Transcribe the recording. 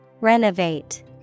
Renovate